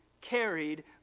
carried